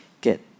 get